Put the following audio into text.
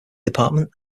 department